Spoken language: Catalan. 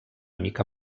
mica